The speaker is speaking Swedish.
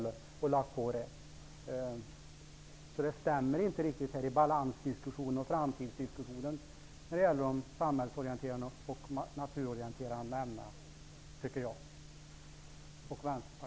Jag och Vänsterpartiet tycker inte att det stämmer riktigt i diskussionen om balansen och framtiden när det gäller de samhällsorienterande och naturorienterande ämnena.